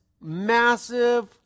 massive